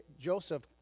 Joseph